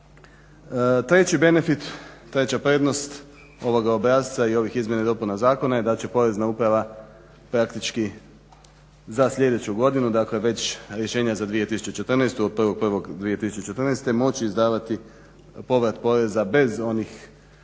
Treći benefit treća prednost ovog obrasca i ovih izmjena i dopuna zakona da će Porezna uprave praktički za sljedeću godinu dakle rješenja već za 2014., od 1.1.2014.moći izdavati povrat poreza bez onih u